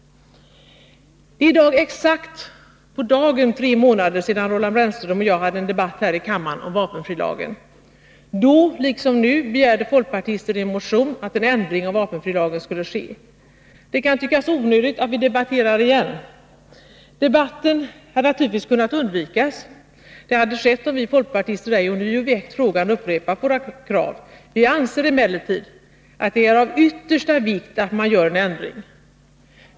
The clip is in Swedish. Det är i dag exakt tre månader sedan Roland Brännström och jag hade en debatt här i kammaren om vapenfrilagen. Då, liksom nu, begärde folkpartister i en motion att en ändring av vapenfrilagen skulle ske. Det kan tyckas onödigt att vi debatterar på nytt. Debatten hade naturligtvis kunnat undvikas. Det hade skett om vi folkpartister ej ånyo väckt frågan och upprepat våra krav. Vi anser emellertid att det är av yttersta vikt att man gör en ändring.